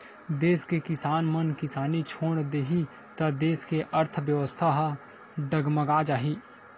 देस के किसान मन किसानी छोड़ देही त देस के अर्थबेवस्था ह डगमगा जाही